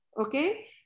okay